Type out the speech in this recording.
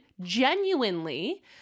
genuinely